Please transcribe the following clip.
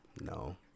No